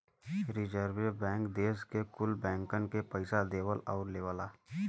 रीजर्वे bank देस के कुल बैंकन के पइसा देवला आउर लेवला